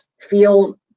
feel